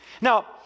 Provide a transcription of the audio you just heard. Now